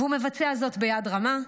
והוא מבצע זאת ביד רמה.